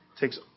takes